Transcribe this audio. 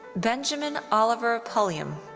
benjamin oliver pulliam.